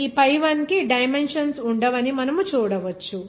ఈ pi1 కి dimensions ఉండవని మనము చూడవచ్చు